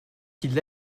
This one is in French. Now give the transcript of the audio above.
qu’il